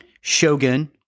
Shogun